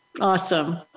Awesome